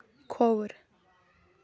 کھووُر